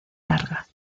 larga